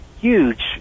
huge